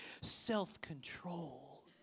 self-control